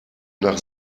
nach